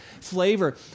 flavor